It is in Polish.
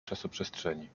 czasoprzestrzeni